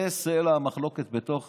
זה סלע המחלוקת בתוך